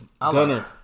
Gunner